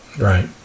Right